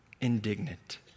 indignant